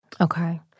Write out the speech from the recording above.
Okay